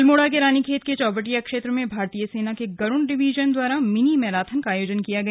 अल्मोड़ा के रानीखेत के चौबटिया क्षेत्र में भारतीय सेना के गरुड़ डिवीजन द्वारा मिनी मैराथन का आयोजन किया गया